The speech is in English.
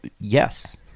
Yes